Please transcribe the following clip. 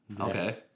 Okay